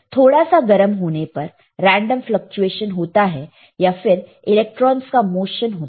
थोड़ा सा गर्म होने पर रेंडम फ्लकचुएशन होता है या फिर इलेक्ट्रॉनस का मोशन होता है